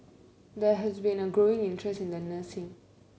there has been a growing interest in nursing